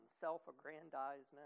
self-aggrandizement